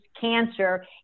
cancer